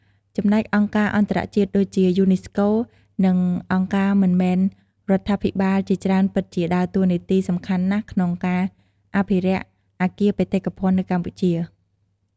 ចំណែកអង្គការអន្តរជាតិ ដូចជា យូណេស្កូ និងអង្គការមិនមែនរដ្ឋាភិបាលជាច្រើនពិតជាដើរតួនាទីសំខាន់ណាស់ក្នុងការអភិរក្សអគារបេតិកភណ្ឌនៅកម្ពុជា។